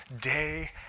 day